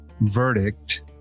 verdict